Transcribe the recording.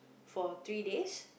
for three days